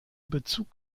bezug